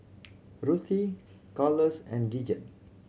Ruthie Carlos and Dijon